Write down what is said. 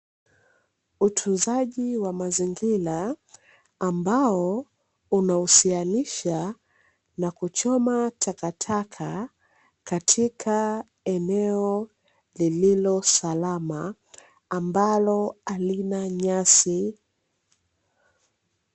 Utunzaji wa mazingira ambao unahusianisha na kuchoma takataka katika eneo lililo salama ambalo halina nyasi.